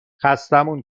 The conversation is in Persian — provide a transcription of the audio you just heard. خستهمون